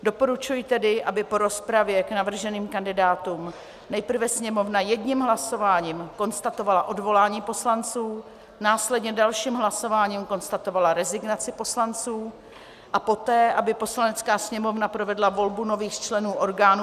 Doporučuji tedy, aby po rozpravě k navrženým kandidátům nejprve Sněmovna jedním hlasováním konstatovala odvolání poslanců, následně dalším hlasováním konstatovala rezignaci poslanců a poté aby Poslanecká sněmovna provedla volbu nových členů orgánů